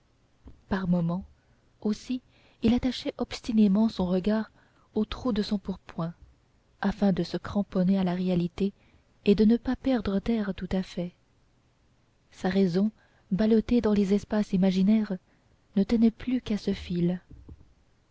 par moments aussi il attachait obstinément son regard aux trous de son pourpoint afin de se cramponner à la réalité et de ne pas perdre terre tout à fait sa raison ballottée dans les espaces imaginaires ne tenait plus qu'à ce fil